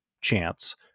chance